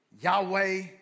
Yahweh